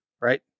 Right